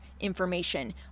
information